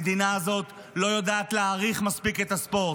המדינה הזו לא יודעת להעריך מספיק את הספורט,